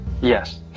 Yes